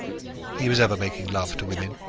he was ever making love to women,